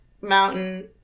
mountain